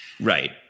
Right